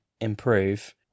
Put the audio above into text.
improve